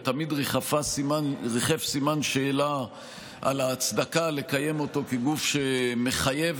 ותמיד ריחף סימן שאלה על ההצדקה לקיים אותו כגוף שמחייב